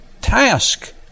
task